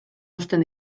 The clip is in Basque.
uzten